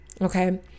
okay